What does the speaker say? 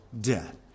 death